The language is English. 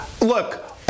look